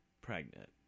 pregnant